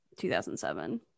2007